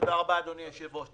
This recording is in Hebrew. תודה רבה, אדוני היושב-ראש.